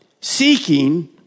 seeking